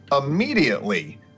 immediately